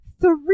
three